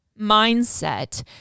mindset